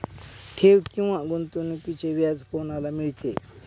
ठेव किंवा गुंतवणूकीचे व्याज कोणाला मिळते?